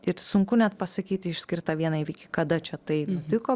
ir sunku net pasakyti išskirt tą vieną įvykį kada čia tai nutiko